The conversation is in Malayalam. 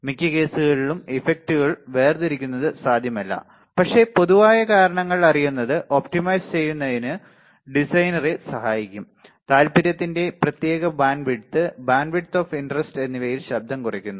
മിക്ക കേസുകളും ഇഫക്റ്റുകൾ വേർതിരിക്കുന്നത് സാധ്യമല്ല പക്ഷേ പൊതുവായ കാരണങ്ങൾ അറിയുന്നത് ഒപ്റ്റിമൈസ് ചെയ്യുന്നതിന് ഡിസൈനറെ സഹായിക്കും താൽപ്പര്യത്തിന്റെ പ്രത്യേക ബാൻഡ്വിഡ്ത്ത് ബാൻഡ്വിഡ്ത്ത് ഓഫ് ഇൻററസ്റ്റ് എന്നിവയിൽ ശബ്ദം കുറയ്ക്കുന്നു